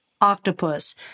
octopus